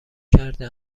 کرده